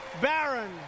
Baron